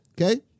okay